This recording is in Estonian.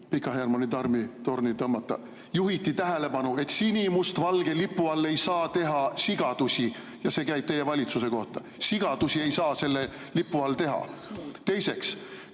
Pika Hermanni torni tõmmata. Juhiti tähelepanu, et sinimustvalge lipu all ei saa teha sigadusi, ja see käib teie valitsuse kohta. Sigadusi ei saa selle lipu all teha. Teiseks,